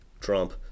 Trump